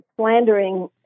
slandering